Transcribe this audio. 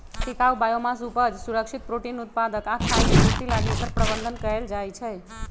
टिकाऊ बायोमास उपज, सुरक्षित प्रोटीन उत्पादक आ खाय के पूर्ति लागी एकर प्रबन्धन कएल जाइछइ